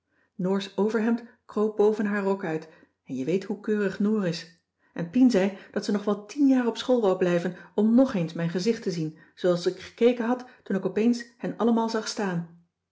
noor's overhemd kroop boven haar rok uit en je weet hoe keurig noor is en pien zei dat ze nog wel tien jaar op school wou blijven om ng eens mijn gezicht te zien zooals ik gekeken had toen ik opeens hen allemaal staan